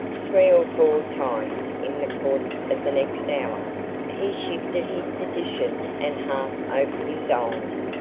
three or four times in the course of the next hour he shifted his position and half opened his eyes,